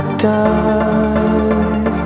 die